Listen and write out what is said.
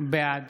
בעד